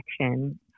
action